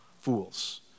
fools